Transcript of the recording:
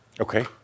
Okay